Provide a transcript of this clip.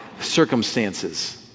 circumstances